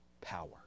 power